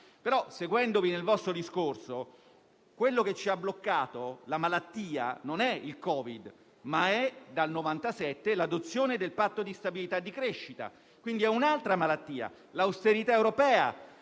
però, seguendo il vostro discorso, quello che ci ha bloccati, la malattia, non è il Covid, ma, dal 1997, l'adozione del Patto di stabilità e crescita, quindi un'altra malattia: l'austerità europea,